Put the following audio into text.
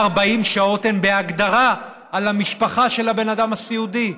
שעות הן בהגדרה על המשפחה של האדם הסיעודי.